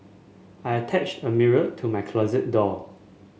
I attached a mirror to my closet door